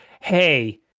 hey